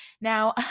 Now